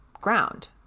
ground